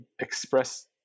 express